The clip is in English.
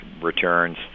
returns